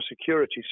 security